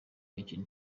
imikino